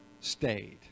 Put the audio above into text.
stayed